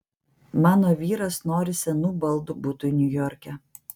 mano vyras nori senų baldų butui niujorke